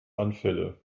anfälle